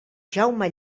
jaume